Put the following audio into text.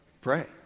pray